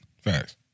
Facts